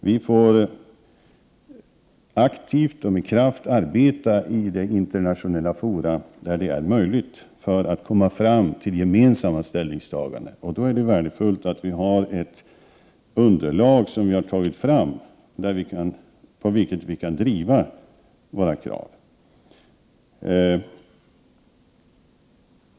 Vi får aktivt och med kraft arbeta i de internationella fora där det är möjligt för att komma fram till gemensamma ställningstaganden, och då är det värdefullt att vi har tagit fram ett underlag på vilket vi kan driva våra krav.